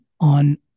on